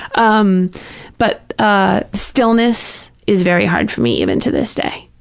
um but ah stillness is very hard for me even to this day,